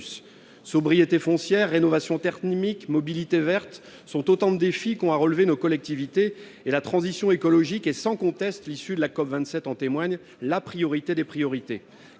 Sobriété foncière, rénovation thermique et mobilité verte sont autant de défis qu'ont à relever nos collectivités, et la transition écologique est sans conteste- l'issue de la COP27 en témoigne -la priorité des priorités.